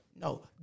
No